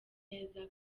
neza